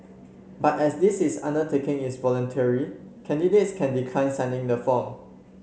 but as this is undertaking is voluntary candidates can decline signing the form